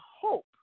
hope